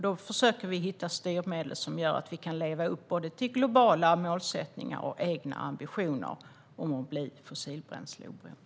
Då försöker vi hitta styrmedel som gör att vi kan leva upp till både globala målsättningar och egna ambitioner att bli fossilbränsleoberoende.